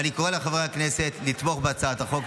ואני קורא לחברי הכנסת לתמוך בהצעת החוק.